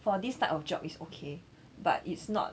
for this type of job is okay but it's not